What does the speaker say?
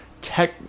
Tech